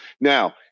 Now